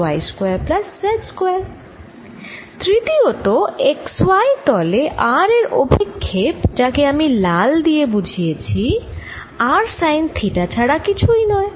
তৃতীয়ত x y তলে r এর অভিক্ষেপ যাকে আমি লাল দিয়ে বুঝিয়েছি r সাইন থিটা ছাড়া কিছুই নয়